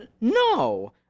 No